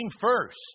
first